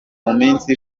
minsi